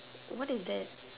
what is that